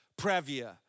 Previa